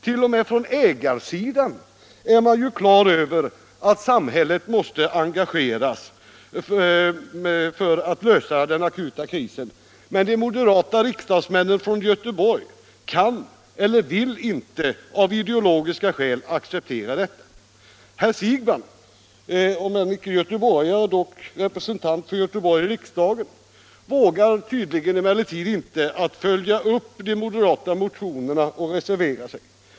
T. o. m. från ägarsidan är man på det klara med att samhället måste engageras för att lösa den akuta krisen, men de moderata riksdagsmännen från Göteborg kan eller vill inte, av ideologiska skäl, acceptera detta. Herr Siegbahn, om inte göteborgare så dock representant för Göteborg i riksdagen, vågar emellertid tydligen inte följa upp de moderata motionerna och reservera sig.